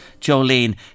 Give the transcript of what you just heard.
Jolene